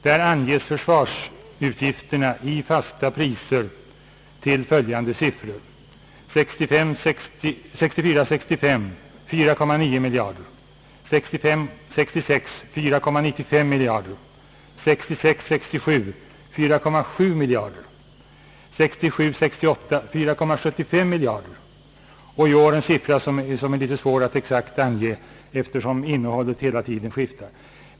Där anges försvarsutgifterna i fasta priser till 4,9 miljarder kronor för 1964 66, 4,7 miljarder kronor för 1966 68. Årets siffra är litet svår att ange, eftersom innehållet hela tiden skiftar.